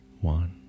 One